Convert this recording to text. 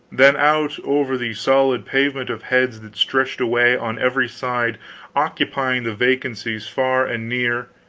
then out over the solid pavement of heads that stretched away on every side occupying the vacancies far and near,